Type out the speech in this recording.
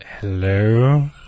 Hello